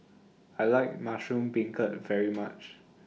I like Mushroom Beancurd very much